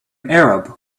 arab